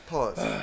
Pause